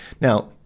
Now